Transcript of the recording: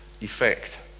effect